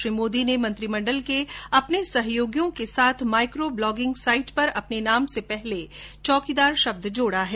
श्री मोदी ने मंत्रिमंडल के अपने सहयोगियों के साथ माइक्रो ब्लोगिंग साइट पर अपने नाम से पहले श्चौकीदारश जोड़ा है